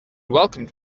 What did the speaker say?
welcomed